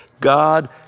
God